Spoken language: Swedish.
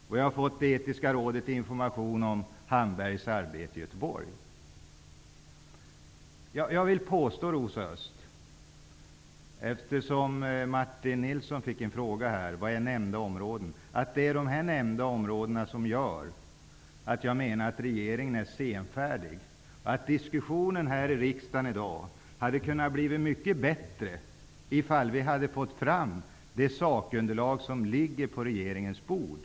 Genom Medicinsk-etiska rådet har jag fått information om det arbete som gjorts i Göteborg. Martin Nilsson fick ju en fråga här, Rosa Östh, om vad ''nämnda områden'' är. Jag vill påstå att det är just nämnda områden som får mig att tycka att regeringen är senfärdig och att diskussionen här i riksdagen i dag kunde ha blivit mycket bättre om vi hade fått fram det sakunderlag som finns på regeringens bord.